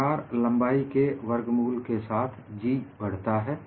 दरार लंबाई के वर्गमूल के साथ G बढता है